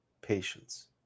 patience